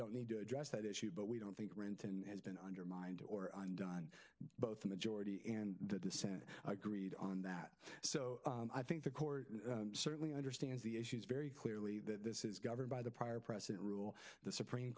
don't need to address that issue but we don't think renton has been undermined or undone both the majority and the senate agreed on that so i think the court certainly understands the issues very clearly that this is governed by the prior precedent rule the supreme